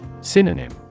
Synonym